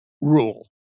rule